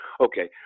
Okay